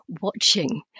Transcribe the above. watching